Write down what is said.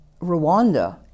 Rwanda